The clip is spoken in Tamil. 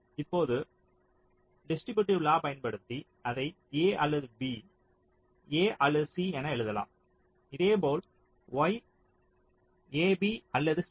இப்போது டிஸ்ட்ரிபியூட்டிவ் லாவை பயன்படுத்தி அதை a அல்லது b a அல்லது c என எழுதலாம் இதேபோல் y a b அல்லது c